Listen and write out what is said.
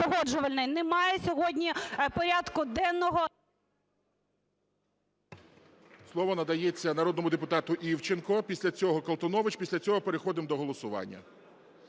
немає сьогодні порядку денного… ГОЛОВУЮЧИЙ. Слово надається народному депутату Івченку, після цього Колтунович, після цього переходимо до голосування.